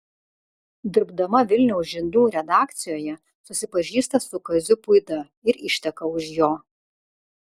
dirbdama vilniaus žinių redakcijoje susipažįsta su kaziu puida ir išteka už jo